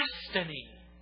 destiny